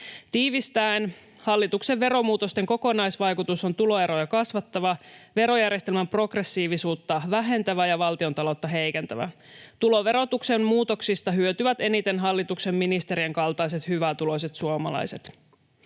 Tiivistäen: hallituksen veromuutosten kokonaisvaikutus on tuloeroja kasvattava, verojärjestelmän progressiivisuutta vähentävä ja valtiontaloutta heikentävä. Tuloverotuksen muutoksista hyötyvät eniten hallituksen ministerien kaltaiset hyvätuloiset suomalaiset.